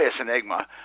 enigma